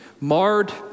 marred